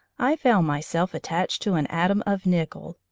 i found myself attached to an atom of nickel,